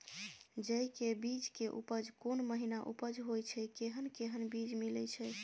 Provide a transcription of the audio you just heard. जेय के बीज के उपज कोन महीना उपज होय छै कैहन कैहन बीज मिलय छै?